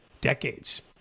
decades